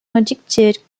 conducted